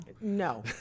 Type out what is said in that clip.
No